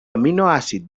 aminoàcid